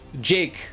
jake